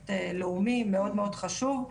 פרוייקט לאומי מאוד מאוד חשוב,